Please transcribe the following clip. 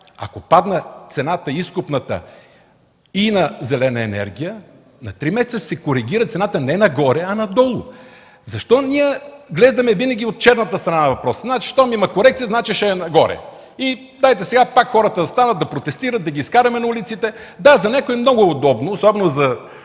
Ако падне изкупната цена и на зелената енергия, на три месеца ще се коригира цената не нагоре, а надолу. Защо ние гледаме винаги от черната страна на въпроса. Значи щом има корекция, ще е нагоре и дайте сега пак хората да станат, да протестират, да ги изкараме на улиците. Да, за някои е много удобно, особено за